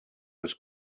was